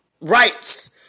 rights